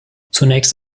zunächst